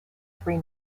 three